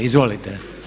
Izvolite.